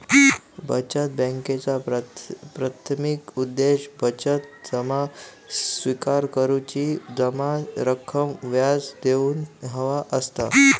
बचत बॅन्कांचा प्राथमिक उद्देश बचत जमा स्विकार करुची, जमा रकमेवर व्याज देऊचा ह्या असता